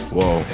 Whoa